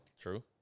True